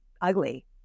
ugly